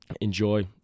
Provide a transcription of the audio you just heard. Enjoy